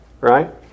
Right